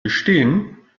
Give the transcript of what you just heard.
bestehen